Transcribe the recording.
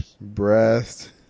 Breast